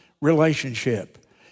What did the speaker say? relationship